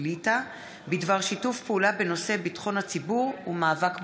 ליטא בדבר שיתוף פעולה בנושא ביטחון הציבור ומאבק בפשיעה.